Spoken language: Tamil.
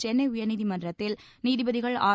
சென்னை உயர்நீதிமன்றத்தில் நீதிபதிகள் ஆர்